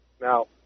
now